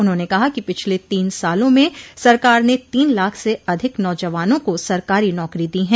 उन्होंने कहा कि पिछले तीन सालों में सरकार ने तीन लाख से अधिक नौजवानों को सरकारी नौकरी दी हैं